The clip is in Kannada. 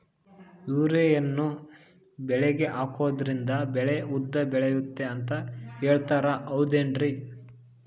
ಯೂರಿಯಾವನ್ನು ಬೆಳೆಗೆ ಹಾಕೋದ್ರಿಂದ ಬೆಳೆ ಉದ್ದ ಬೆಳೆಯುತ್ತೆ ಅಂತ ಹೇಳ್ತಾರ ಹೌದೇನ್ರಿ?